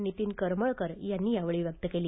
नितीन करमळकर यांनी यावेळी व्यक्त केली